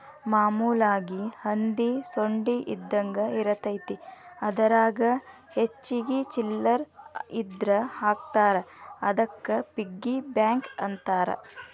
ಮಾಮೂಲಾಗಿ ಹಂದಿ ಸೊಂಡಿ ಇದ್ದಂಗ ಇರತೈತಿ ಅದರಾಗ ಹೆಚ್ಚಿಗಿ ಚಿಲ್ಲರ್ ಇದ್ರ ಹಾಕ್ತಾರಾ ಅದಕ್ಕ ಪಿಗ್ಗಿ ಬ್ಯಾಂಕ್ ಅಂತಾರ